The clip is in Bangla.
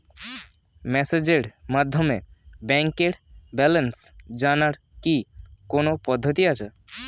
মেসেজের মাধ্যমে ব্যাংকের ব্যালেন্স জানার কি কোন পদ্ধতি আছে?